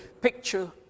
picture